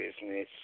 business